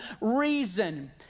reason